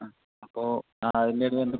ആ അപ്പോൾ ആ അതിൻ്റെ ഇത് വരണം